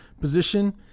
position